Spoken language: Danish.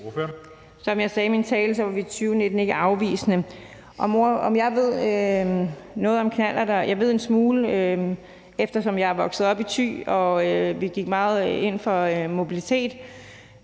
om jeg ved noget om knallerter. Jeg ved en smule, eftersom jeg er vokset op i Thy og vi gik meget ind for mobilitet.